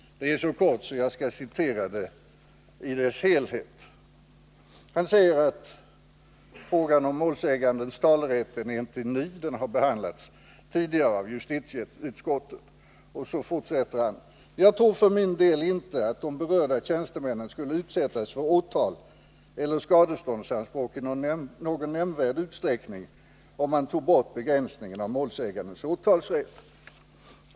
Det är så kort att jag skall citera det i dess helhet. Justitieombudsmannen erinrar om att frågan om målsägandetalan inte är ny utan har behandlats tidigare av justitieutskottet. Sedan fortsätter han: ”Jag tror för min del inte att de berörda tjänstemännen skulle utsättas för åtal eller skadeståndsanspråk i någon nämnvärd utsträckning om man tog bort begränsningen av målsägandens åtalsrätt.